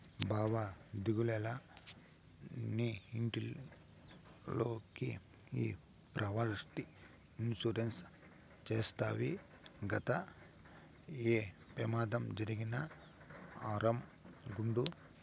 బావా దిగులేల, నీ ఇంట్లోకి ఈ ప్రాపర్టీ ఇన్సూరెన్స్ చేస్తవి గదా, ఏ పెమాదం జరిగినా ఆరామ్ గుండు